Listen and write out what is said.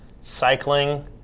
cycling